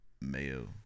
mayo